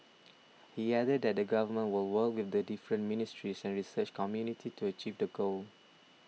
he added that the Government will work with the different ministries and research community to achieve the goal